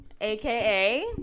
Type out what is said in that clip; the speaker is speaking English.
aka